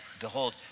behold